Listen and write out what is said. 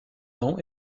ans